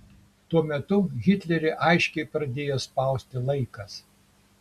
tuo metu hitlerį aiškiai pradėjo spausti laikas